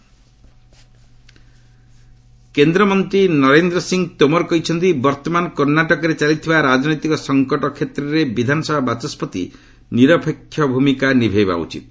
ତୋମର କର୍ଣ୍ଣାଟକ କେନ୍ଦ୍ରମନ୍ତ୍ରୀ ନରେନ୍ଦ୍ର ସିଂହ ତୋମର କହିଛନ୍ତି ବର୍ତ୍ତମାନ କର୍ଣ୍ଣାଟକରେ ଚାଲିଥିବା ରାଜନୈତିକ ସଂକଟ କ୍ଷେତ୍ରରେ ବିଧାନସଭା ବାଚସ୍କତି ନିରପେକ୍ଷ ଭୂମିକା ନିଭାଇବା ଉଚିତ୍